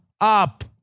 up